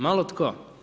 Malo tko.